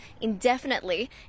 indefinitely